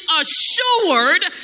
assured